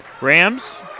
Rams